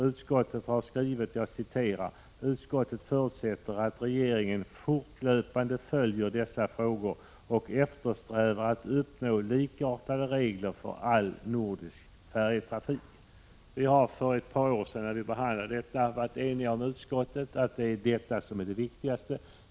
Utskottet har skrivit: ”Utskottet förutsätter att regeringen fortlöpande följer dessa frågor och eftersträvar att uppnå likartade regler för all nordisk färjetrafik.” När vi behandlade denna fråga för ett par år sedan var vi eniga i utskottet om att detta var det viktigaste.